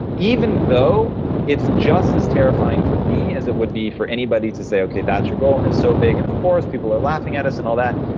even though it's just as terrifying for me as it would be for anybody to say, okay, that's your goal and it's so big, and of course people are laughing at us, and all that.